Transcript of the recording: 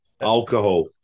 Alcohol